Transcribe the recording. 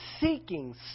seeking